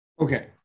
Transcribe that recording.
okay